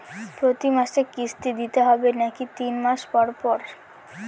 প্রতিমাসে কিস্তি দিতে হবে নাকি তিন মাস পর পর?